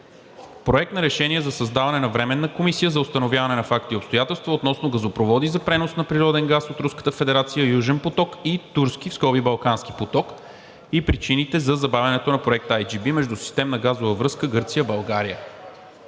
Проект на решение за създаване на Временна комисия за установяване на факти и обстоятелства относно газопроводи за пренос на природен газ от Руската федерация „Южен поток“ и „Турски (Балкански) поток“ и причините за забавянето на проекта IGB (Междусистемна газова връзка Гърция – България).